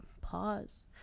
Pause